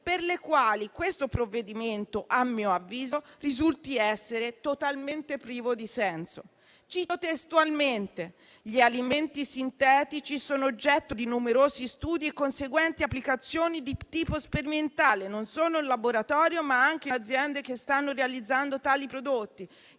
per le quali questo provvedimento, a mio avviso, risulta essere totalmente privo di senso. Cito testualmente: «Gli alimenti sintetici sono oggetto di numerosi studi e conseguenti applicazioni di tipo sperimentale, non solo in laboratorio, ma anche in aziende che stanno realizzando tali prodotti».